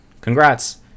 Congrats